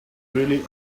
really